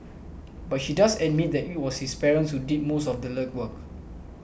but she does admit that it was his parents who did most of the legwork